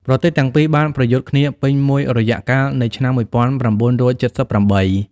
ប្រទេសទាំងពីរបានប្រយុទ្ធគ្នាពេញមួយរយៈកាលនៃឆ្នាំ ១៩៧៨។